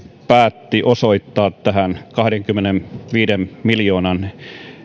päätti osoittaa tähän kahdenkymmenenviiden miljoonan